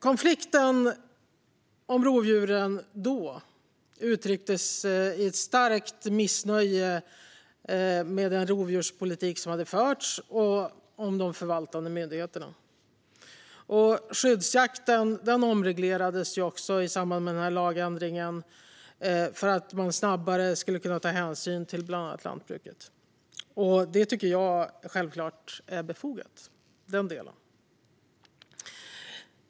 Konflikten om rovdjuren uttrycktes då i ett starkt missnöje med den rovdjurspolitik som förts och med de förvaltande myndigheterna. Skyddsjakten omreglerades i samband med lagändringen för att snabbare kunna ta hänsyn till bland annat lantbruket. Den delen tycker jag självklart är befogad.